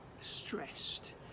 stressed